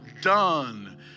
done